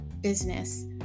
business